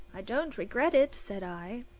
i don't regret it, said i.